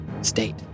state